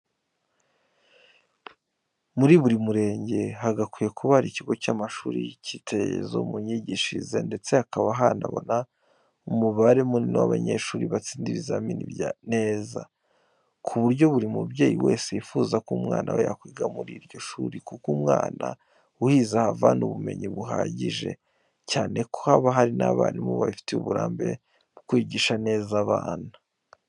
Muri buri murenge hagakwiye kuba hari ikigo cy'amashuri cy'icyitegererezo mu myigishirize ndetse bakaba banabona umubare munini w'abanyeshuri batsinda ibizamini neza, ku buryo buri mubyeyi wese yifuza ko umwana we yakwiga muri iryo shuri. Kuko umwana uhize ahavana ubumenyi buhagije, cyane ko haba hari n'abarimu babifitiye uburambe mu kwigisha neza abana.